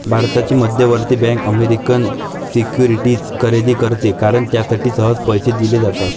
भारताची मध्यवर्ती bank American securities खरेदी करते कारण त्यासाठी सहज पैसे दिले जातात